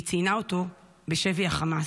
והיא ציינה אותו בשבי החמאס.